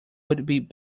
would